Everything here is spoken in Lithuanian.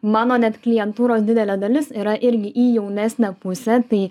mano net klientūros didelė dalis yra irgi į jaunesnę pusę tai